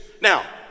now